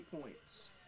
points